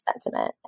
sentiment